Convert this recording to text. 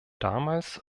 damals